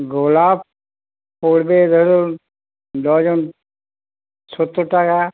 গোলাপ পড়বে ধরুন ডজন সত্তর টাকা